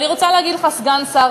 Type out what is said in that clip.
אני רוצה להגיד לך, סגן שר